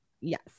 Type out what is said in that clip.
Yes